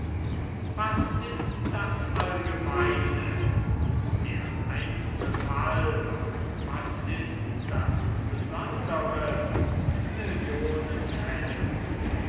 was ist das allgemeine der einzelne fall was ist das besondere